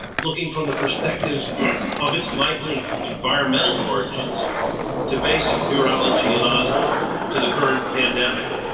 looking from the perspectives of its likely environmental origins to basic biology and on to the current pandemic.